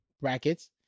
brackets